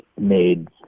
made